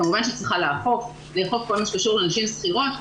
כמובן שצריכה לאכוף כל מה שקשור לנשים שכירות,